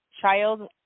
child